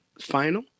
final